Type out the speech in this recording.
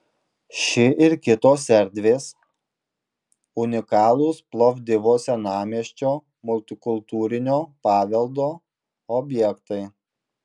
ši ir kitos erdvės unikalūs plovdivo senamiesčio multikultūrinio paveldo objektai